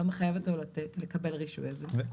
לא מחייב לתת לו לקבל רישוי על זה.